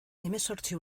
hemezortzi